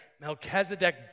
Melchizedek